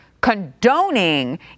Condoning